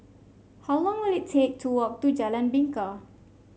how long will it take to walk to Jalan Bingka